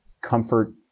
comfort